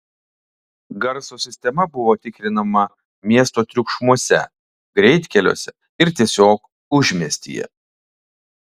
garso sistema buvo tikrinama miesto triukšmuose greitkeliuose ir tiesiog užmiestyje